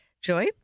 Joy